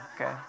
okay